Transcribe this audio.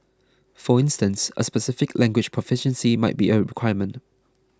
for instance a specific language proficiency might be a requirement